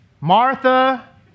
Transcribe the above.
Martha